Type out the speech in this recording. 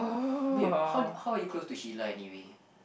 wait how how are you close to Sheila anyway